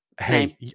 Hey